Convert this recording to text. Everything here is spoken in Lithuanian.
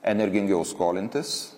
energingiau skolintis